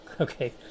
Okay